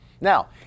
Now